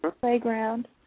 playground